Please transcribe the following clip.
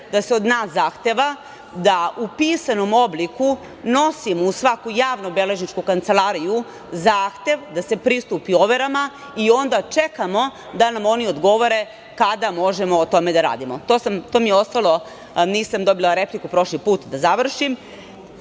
da se od nas zahteva da u pisanom obliku nosimo u svaku javno-beležničku kancelariju zahtev da se pristupi proverama i onda čekamo da nam oni odgovore kada možemo o tome da radimo. To mi je ostalo, nisam dobila repliku prošli put, da završim. Htela